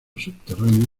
subterráneo